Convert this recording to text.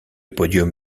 podium